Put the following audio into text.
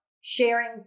sharing